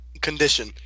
condition